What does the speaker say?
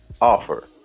offer